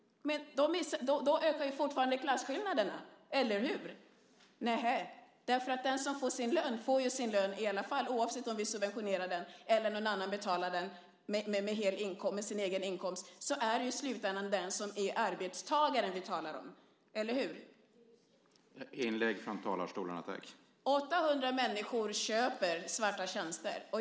Men då ökar väl fortfarande klasskillnaderna, eller hur? Den som får sin lön får ju sin lön i alla fall, oavsett om vi subventionerar den eller om någon annan betalar den med sin egen inkomst. Det är ju i slutändan arbetstagaren vi talar om, eller hur? 800 000 människor köper svarta tjänster.